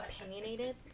opinionated